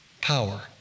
power